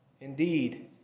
Indeed